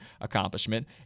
accomplishment